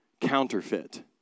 counterfeit